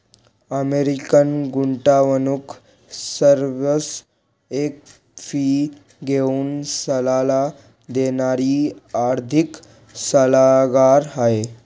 American गुंतवणूक service एक fee घेऊन सल्ला देणारी आर्थिक सल्लागार आहे